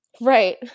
right